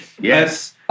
Yes